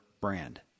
brand